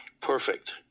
perfect